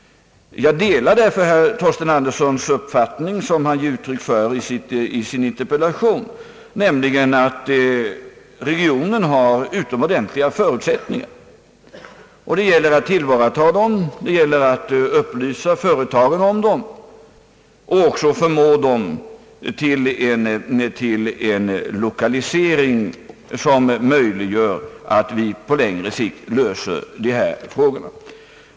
Jag instämmer i herr Torsten Anderssons uppfattning, som han har uttryckt i sin interpellation, att regionen har utomordentligt goda förutsättningar. Det gäller att tillvarata dem, att göra dem kända bland företagen och förmå dessa till en lokalisering som gör det möjligt för oss att på längre sikt lösa problemen.